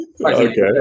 okay